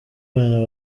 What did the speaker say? abana